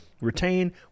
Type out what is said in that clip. retain